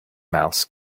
mouse